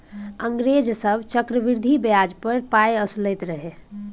अंग्रेज सभ चक्रवृद्धि ब्याज पर पाय असुलैत रहय